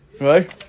Right